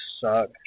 suck